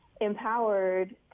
empowered